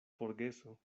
forgeso